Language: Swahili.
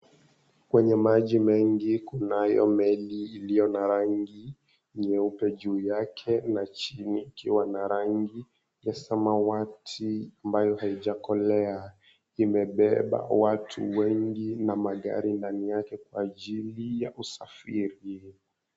Kwenye maji mengi, kunayo meli iliyo na rangi nyeupe, juu yake na chini ikiwa na rangi ya samawati ambayo haijakolea, imebeba watu wengi na magari ndani yake kwa ajili ya kusafiri.